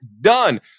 done